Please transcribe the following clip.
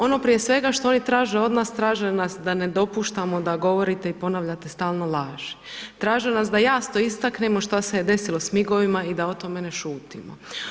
Ono prije svega što oni traže od nas, traže nas da ne dopuštamo da govorite i ponavljate stalno laži, traže nas da jasno istaknemo što se je desilo s migovima i da o tome ne šutimo.